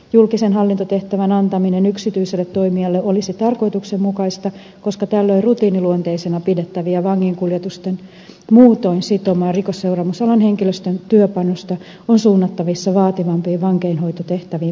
julkisen hallintotehtävän antaminen yksityiselle toimijalle olisi tarkoituksenmukaista koska tällöin rutiiniluonteisena pidettävien vanginkuljetusten muutoin sitomaa rikosseuraamusalan henkilöstön työpanosta on suunnattavissa vaativampiin vankeinhoitotehtäviin vankilassa